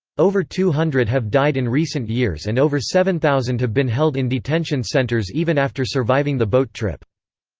over two hundred have died in recent years and over seven thousand have been held in detention centres even after surviving the boat trip.